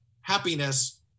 happiness